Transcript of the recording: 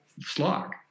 slog